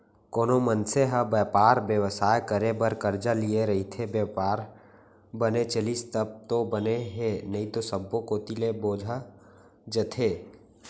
कोनो मनसे ह बयपार बेवसाय करे बर करजा लिये रइथे, बयपार बने चलिस तब तो बने हे नइते सब्बो कोती ले बोजा जथे